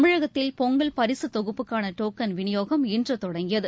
தமிழகத்தில் பொங்கல் பரிசு தொகுப்புக்கான டோக்கன் விநியோகம் இன்று தொடங்கியது